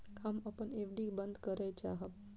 हम अपन एफ.डी बंद करय चाहब